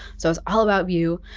so i was all about vue.